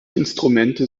instrumente